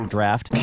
Draft